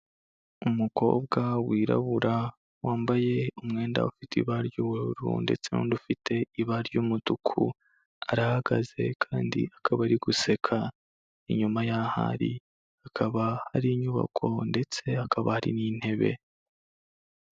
Umukobwa wirabura wambaye umwenda ufite ibara ry'ubururu ndetse n'undi ufite ibara ry'umutuku, arahagaze kandi akaba ari guseka. Inyuma y'aho ari hakaba hari inyubako ndetse hakaba hari n'intebe.